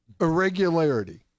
irregularity